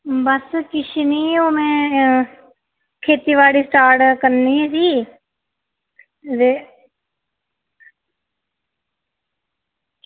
बस किश निं हून खेती बाड़ी स्टार्ट करनी ही ते